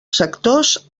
sectors